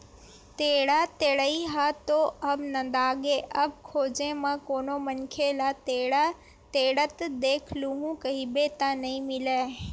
टेंड़ा टेड़ई ह तो अब नंदागे अब खोजे म कोनो मनखे ल टेंड़ा टेंड़त देख लूहूँ कहिबे त नइ मिलय